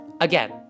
Again